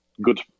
good